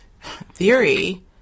theory